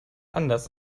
anders